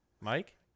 Mike